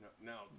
Now